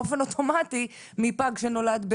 שאני לא מבינה איך יושב פה מנכ"ל משרד הבריאות,